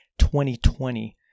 2020